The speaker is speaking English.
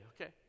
okay